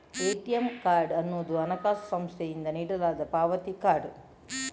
ATM card ಅನ್ನುದು ಹಣಕಾಸು ಸಂಸ್ಥೆಯಿಂದ ನೀಡಲಾದ ಪಾವತಿ ಕಾರ್ಡ್